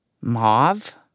Mauve